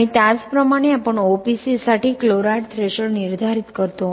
आणि त्याचप्रमाणे आपण OPC साठी क्लोराईड थ्रेशोल्ड निर्धारित करतो